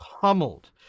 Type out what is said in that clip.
pummeled